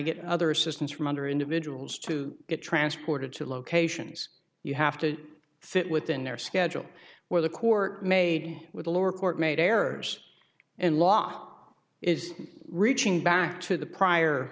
get other assistance from under individuals to get transported to locations you have to fit within their schedule where the court made with a lower court made errors and lot is reaching back to the prior